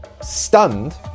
stunned